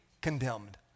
condemned